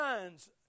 minds